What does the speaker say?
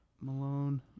Malone